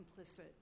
complicit